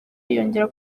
yongera